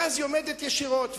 ואז היא עומדת ישירות.